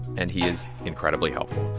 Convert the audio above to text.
and he is incredibly helpful.